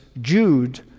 Jude